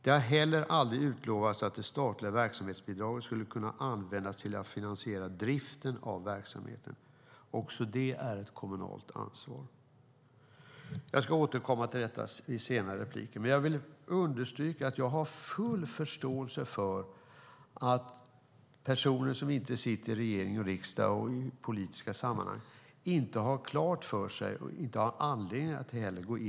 Det har heller aldrig utlovats att det statliga verksamhetsbidraget skulle kunna användas till att finansiera driften av verksamheten. Också det är ett kommunalt ansvar. Jag ska återkomma till detta i senare inlägg, men jag vill understryka att jag har full förståelse för att personer som inte sitter i regering eller riksdag eller förekommer i politiska sammanhang inte har rollfördelningen mellan stat och kommun klar för sig.